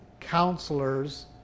counselors